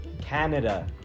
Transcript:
Canada